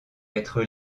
être